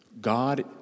God